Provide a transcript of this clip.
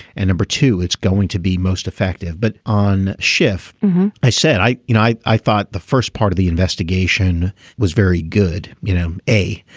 and number two it's going to be most effective but on. schiff i said i you know i i thought the first part of the investigation was very good. you know a